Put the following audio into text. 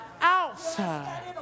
outside